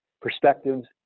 Perspectives